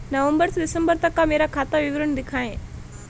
नवंबर से दिसंबर तक का मेरा खाता विवरण दिखाएं?